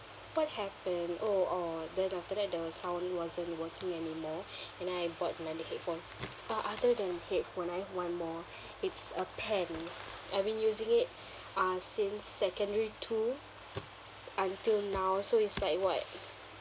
what happen oh or then after that the sound wasn't working anymore and then I bought another headphone ah other than headphone I have one more it's a pen I've been using it uh since secondary two until now so it's like what